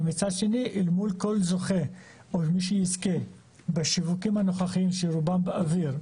ומצד שני אל מול כל זוכה או מי שיזכה בשיווקים הנוכחיים שרובם באוויר,